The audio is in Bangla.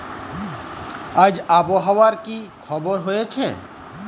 আজ আবহাওয়ার কি খবর রয়েছে?